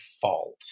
fault